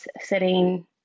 sitting